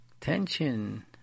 tension